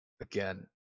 again